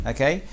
Okay